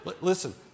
Listen